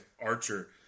Archer